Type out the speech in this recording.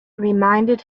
reminded